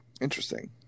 interesting